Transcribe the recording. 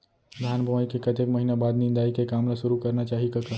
धान बोवई के कतेक महिना बाद निंदाई के काम ल सुरू करना चाही कका?